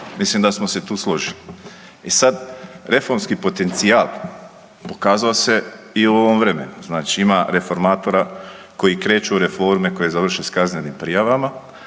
Mislim da smo se tu složili. I sad, reformski potencijal, pokazao se i u ovom vremenu, znači ima reformatora koji kreću u reforme, koji završe s kaznenim prijavama